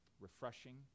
refreshing